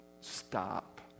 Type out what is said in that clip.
stop